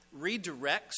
redirects